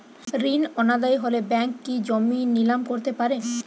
ঋণ অনাদায়ি হলে ব্যাঙ্ক কি জমি নিলাম করতে পারে?